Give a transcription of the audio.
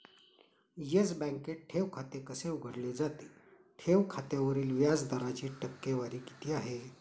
Yes बँकेत ठेव खाते कसे उघडले जाते? ठेव खात्यावरील व्याज दराची टक्केवारी किती आहे?